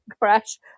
Crash